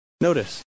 Notice